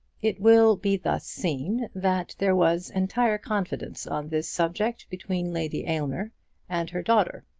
it will be thus seen that there was entire confidence on this subject between lady aylmer and her daughter.